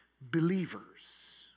believers